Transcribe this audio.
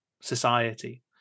society